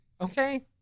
Okay